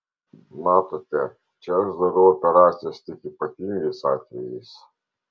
matote čia aš darau operacijas tik ypatingais atvejais